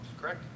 correct